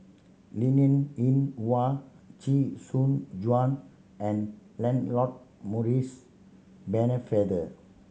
Linn In Hua Chee Soon Juan and Lancelot Maurice Pennefather